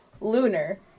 Lunar